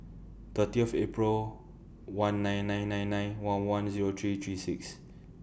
thirtieth April one nine nine nine nine one one Zero three three six